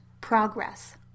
progress